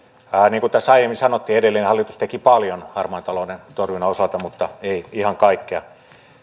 niin kuin tässä aiemmin sanottiin edellinen hallitus teki paljon harmaan talouden torjunnan osalta mutta ei ihan kaikkea